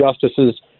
justices